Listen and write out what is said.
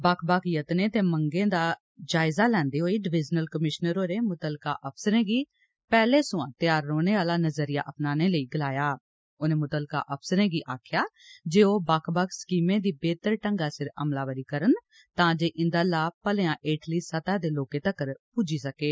बक्ख बक्ख जत्नें ते मंगें दा जायजा लैंदे होई डिविजनल कमीशनर होरें मुत्तलका अफसरें गी पैहले सोयां तैयार रौहने आला नजरिया अपनाने लेई गलाया उनें मुत्तलका अफसरें गी आक्खेआ जे ओह् बक्ख बक्ख स्कीमें दी बेह्तर ढंगै सिर अमलावरी करन तां जे इन्दा लाह् मलेआ हेठली स्तह दे लोकें तगर पुज्जी सकै